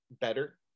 better